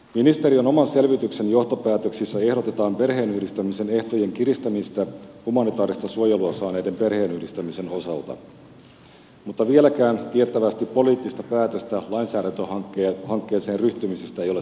ministeriön oman selvityksen johtopäätöksissä ehdotetaan perheenyhdistämisen ehtojen kiristämistä humanitaarista suojelua saaneiden perheenyhdistämisen osalta mutta vieläkään tiettävästi poliittista päätöstä lainsäädäntöhankkeeseen ryhtymisestä ei ole saatu synnytettyä